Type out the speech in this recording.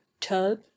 tub